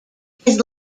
his